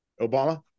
Obama